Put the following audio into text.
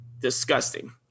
disgusting